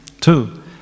Two